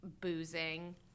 boozing